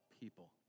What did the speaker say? people